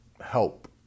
help